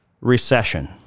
recession